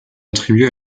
attribué